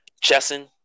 Chesson